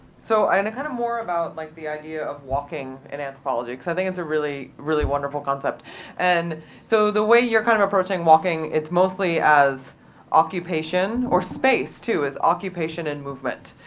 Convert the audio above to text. so and kind of more about like the idea of walking in anthropology, because i think it's a really, really wonderful concept and so the way you're kind of approaching walking, it's mostly as occupation, or space, too, as occupation and movement.